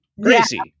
Gracie